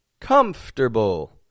Comfortable